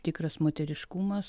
tikras moteriškumas